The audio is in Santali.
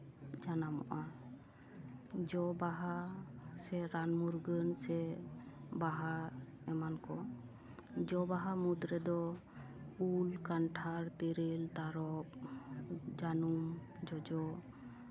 ᱡᱟᱱᱟᱢᱚᱜᱼᱟ ᱡᱚ ᱵᱟᱦᱟ ᱥᱮ ᱨᱟᱱ ᱢᱩᱨᱜᱟᱹᱱ ᱥᱮ ᱵᱟᱦᱟ ᱮᱢᱟᱱ ᱠᱚ ᱡᱚ ᱵᱟᱦᱟ ᱢᱩᱫᱽ ᱨᱮᱫᱚ ᱩᱞ ᱠᱟᱱᱴᱷᱟᱲ ᱛᱮᱨᱮᱞ ᱛᱟᱨᱚᱵᱽ ᱡᱟᱹᱱᱩᱢ ᱡᱚᱡᱚ